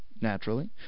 Naturally